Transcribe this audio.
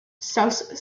south